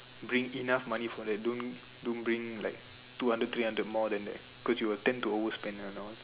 bring enough money for that don't don't bring like two hundred three hundred more than that cause you will tend to overspend and all